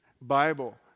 Bible